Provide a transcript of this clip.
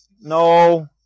No